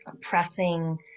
pressing